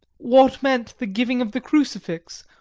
what meant the giving of the crucifix,